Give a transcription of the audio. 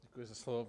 Děkuji za slovo.